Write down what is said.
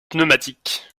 pneumatique